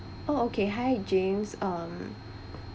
oh okay hi james um